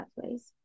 pathways